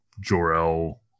Jor-El